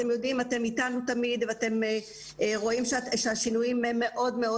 אתם איתנו תמיד ואתם רואים שהשינויים הם מאוד...